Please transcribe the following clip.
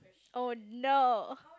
oh no